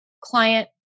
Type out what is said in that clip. client